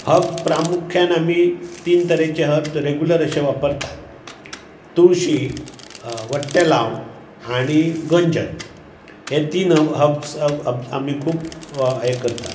हबस प्रामुख्यान आमी तीन तरेचे हब रेगूलर अशें वापरतात तुळशी वट्टेंलाव आनी गंजन हे तीन हब्स आमी खूब हें करता